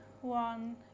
one